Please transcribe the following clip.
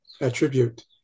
attribute